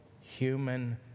human